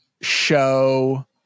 show